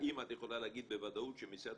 האם את יכולה להגיד בוודאות שמשרד